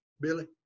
Billy